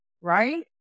right